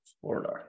Florida